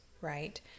right